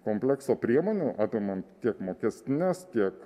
komplekso priemonių apimant tiek mokestines tiek